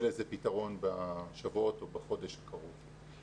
לזה פתרון בשבועות או בחודש הקרוב.